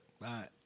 Bye